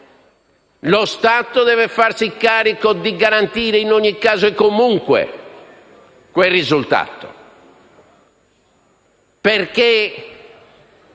Lo Stato deve farsi carico di garantire in ogni caso e comunque quel risultato, perché